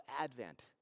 Advent